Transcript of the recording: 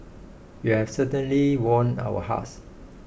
you've certainly won our hearts